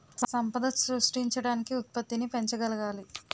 సంపద సృష్టించడానికి ఉత్పత్తిని పెంచగలగాలి